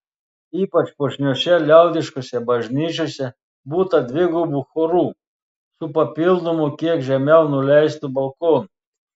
ypač puošniose liaudiškose bažnyčiose būta dvigubų chorų su papildomu kiek žemiau nuleistu balkonu